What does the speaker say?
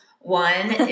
One